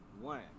one